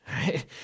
right